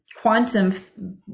quantum